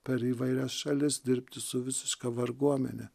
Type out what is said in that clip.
per įvairias šalis dirbti su visiška varguomene